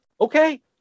Okay